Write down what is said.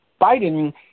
Biden